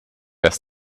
lässt